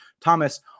Thomas